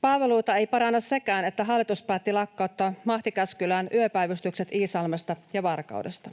Palveluita ei paranna sekään, että hallitus päätti lakkauttaa mahtikäskyllään yöpäivystykset Iisalmesta ja Varkaudesta.